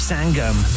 Sangam